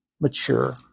mature